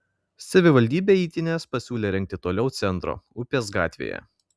savivaldybė eitynes pasiūlė rengti toliau centro upės gatvėje